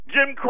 Jim